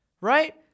right